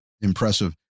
impressive